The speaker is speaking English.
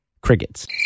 crickets